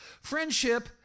Friendship